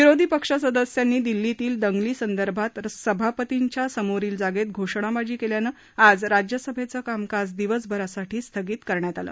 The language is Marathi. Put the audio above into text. विरोधी पक्षसदस्यांनी दिल्लीतील दंगली संदर्भात सभापतींच्या समोरील जागेत घोषणाबाजी केल्यानं आज राज्यसभेचे कामकाज दिवसभरासाठी स्थगित करण्यात आले